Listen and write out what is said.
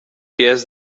pies